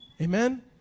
Amen